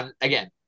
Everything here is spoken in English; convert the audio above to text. again